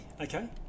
Okay